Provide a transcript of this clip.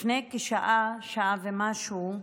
לפני כשעה, שעה ומשהו,